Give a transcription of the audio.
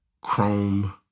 Chrome